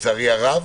ולצערי הרב